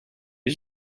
did